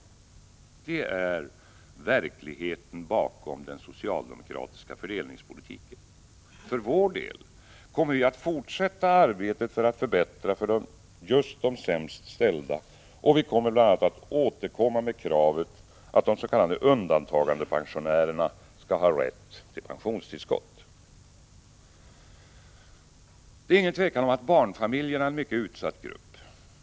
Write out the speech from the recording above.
Sådan är verkligheten bakom den socialdemokratiska fördelningspolitiken. För vår del kommer vi att fortsätta arbetet med att förbättra för just de sämst ställda. Vi kommer bl.a. att återkomma med kravet att de s.k. undantagandepensionärerna skall ha rätt till pensionstillskott. Det råder inget tvivel om att barnfamiljerna är en mycket utsatt grupp.